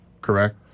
correct